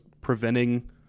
preventing